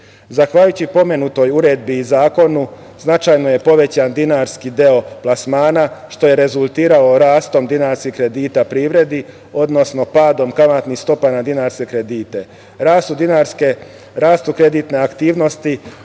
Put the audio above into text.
Srbije. Zahvaljujući pomenutoj uredbi i zakonu, značajno je povećan dinarski deo plasmana, što je rezultiralo rastom dinarskih kredita privredi, odnosno padom kamatnih stopa na dinarske kredite. Rastu kreditne aktivnosti